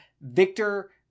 Victor